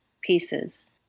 pieces